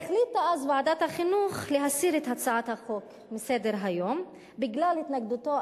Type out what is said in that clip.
החליטה ועדת החינוך להסיר את הצעת החוק מסדר-היום בגלל התנגדותו,